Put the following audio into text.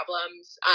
problems